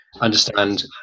Understand